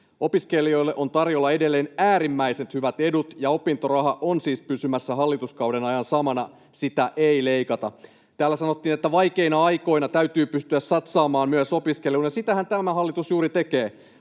Opiskelijoille on tarjolla edelleen äärimmäiset hyvät edut, ja opintoraha on siis pysymässä hallituskauden ajan samana. Sitä ei leikata. [Välihuuto vasemmalta] Täällä sanottiin, että vaikeina aikoina täytyy pystyä satsaamaan myös opiskeluun, ja sitähän tämä hallitus juuri tekee: